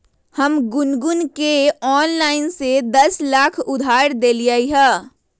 हम गुनगुण के ऑनलाइन से दस लाख उधार देलिअई ह